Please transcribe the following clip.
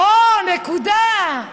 אוה, נקודה.